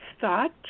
thought